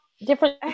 Different